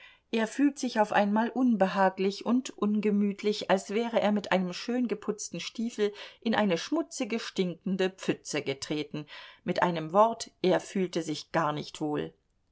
er fühlt sich auf einmal unbehaglich und ungemütlich als wäre er mit einem schön geputzten stiefel in eine schmutzige stinkende pfütze getreten mit einem wort er fühlte sich gar nicht wohl